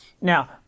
Now